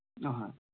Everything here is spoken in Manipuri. ꯑꯍꯣꯏ